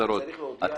את